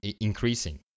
increasing